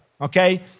okay